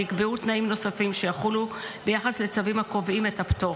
נקבעו תנאים נוספים שיחולו ביחס לצווים הקובעים את הפטור.